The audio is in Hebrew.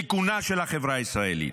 בתיקונה של החברה הישראלית.